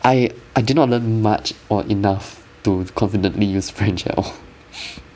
I I did not learn much or enough to confidently use french at all